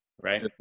right